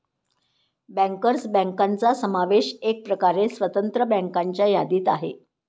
bankers बँकांचा समावेश एकप्रकारे स्वतंत्र बँकांच्या यादीत आहे